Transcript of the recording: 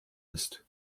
ist